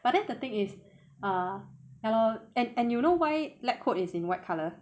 but then the thing is uh !hannor! and and you know why lab coat is in white colour